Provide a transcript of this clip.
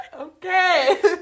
okay